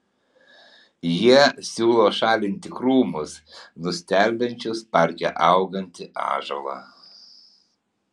jie siūlo šalinti krūmus nustelbiančius parke augantį ąžuolą